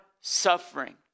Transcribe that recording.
suffering